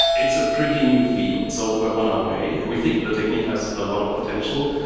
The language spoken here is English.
it's a pretty new field, so we are on our way. we think the technique has a lot of potential.